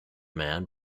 man